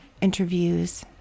interviews